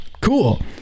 Cool